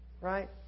right